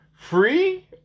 free